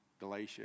Galatia